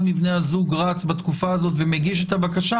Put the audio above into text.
מבני הזוג רץ בתקופה הזאת ומגיש את הבקשה.